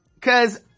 cause